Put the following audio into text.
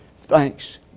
Thanks